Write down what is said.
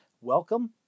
welcome